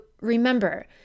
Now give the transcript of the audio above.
remember